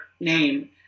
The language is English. name